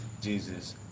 Jesus